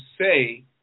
say